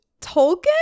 Tolkien